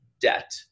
debt